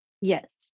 yes